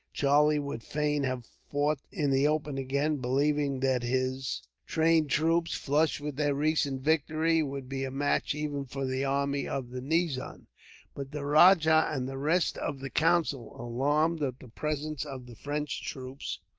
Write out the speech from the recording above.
charlie would fain have fought in the open again, believing that his trained troops, flushed with their recent victory, would be a match even for the army of the nizam. but the rajah and the rest of the council, alarmed at the presence of the french troops,